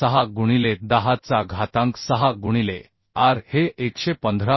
06 गुणिले 10 चा घातांक 6 गुणिले r हे 115